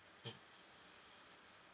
mmhmm